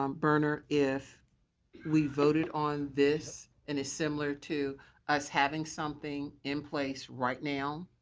um bernard, if we voted on this and is similar to us having something in place right now,